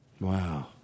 Wow